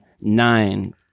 Nine